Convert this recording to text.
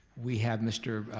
we have mr.